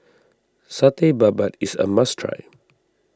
Satay Babat is a must try